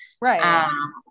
Right